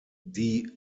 die